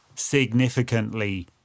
Significantly